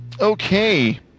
Okay